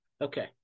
Okay